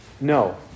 No